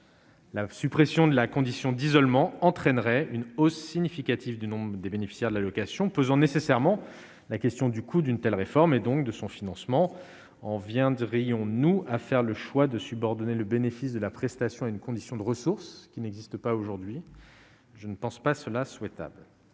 La suppression de la condition d'isolement entraînerait une hausse significative du nombre des bénéficiaires de l'allocation pesant nécessairement la question du coût d'une telle réforme, et donc de son financement, on vient de rayon nous à faire le choix de subordonner le bénéfice de la prestation est une condition de ressources qui n'existe pas aujourd'hui, je ne pense pas cela souhaitable.